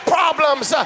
problems